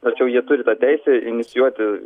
tačiau jie turi teisę inicijuoti